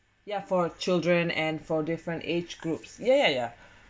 yeah for children and for different age groups yeah yeah yeah